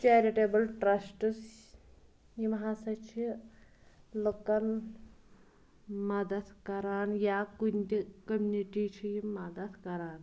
charitable trusts یِم ہَسا چھِ لُکَن مَدَتھ کَران یا کُنہِ تہِ کٔمنِٹی چھِ یِم مَدَتھ کَران